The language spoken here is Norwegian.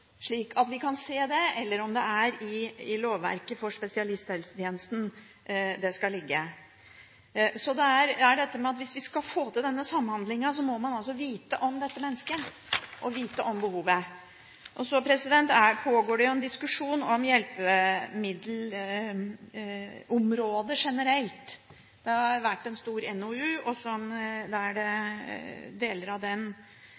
slik at vi kan se det, eller om det ligger i lovverket for spesialisthelsetjenesten. Hvis vi skal få til denne samhandlingen, må man altså vite om dette mennesket og vite om behovet. Det pågår en diskusjon om hjelpemiddelområdet generelt. Det har kommet en stor NOU – deler av den skal man vel etter hvert ta stilling til – der det også handler om hvordan ulike områder av